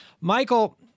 Michael